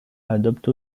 adopte